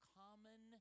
common